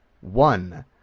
one